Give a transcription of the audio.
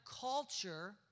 culture